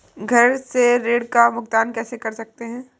घर से ऋण का भुगतान कैसे कर सकते हैं?